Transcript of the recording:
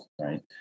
right